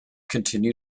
continue